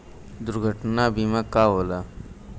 दुर्घटना बीमा का होला?